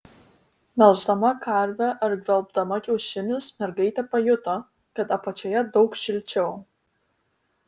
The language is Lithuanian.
melždama karvę ar gvelbdama kiaušinius mergaitė pajuto kad apačioje daug šilčiau